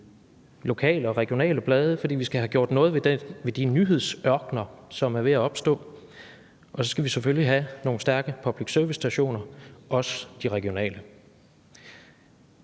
lokale og regionale blade, fordi vi skal have gjort noget ved de nyhedsørkener, som er ved at opstå, og så skal vi selvfølgelig have nogle stærke public service-stationer, også regionale.